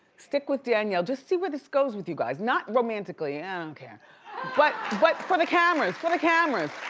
stick with danielle. just see where this goes with you guys, not romantically, ah, i don't care, but, but for the cameras, for the cameras,